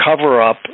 cover-up